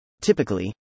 Typically